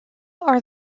are